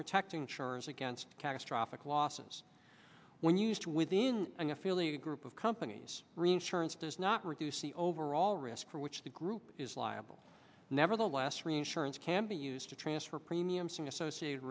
protect insurers against catastrophic losses when used within an affiliated group of companies reinsurance does not reduce the overall risk for which the group is liable nevertheless reinsurance can be used to transfer premium sing